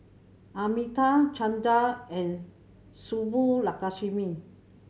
Amitabh Chandra and Subbulakshmi